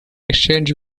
exchange